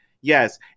Yes